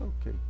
Okay